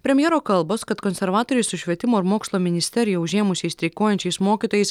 premjero kalbos kad konservatoriai su švietimo ir mokslo ministeriją užėmusiais streikuojančiais mokytojais